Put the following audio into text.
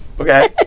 Okay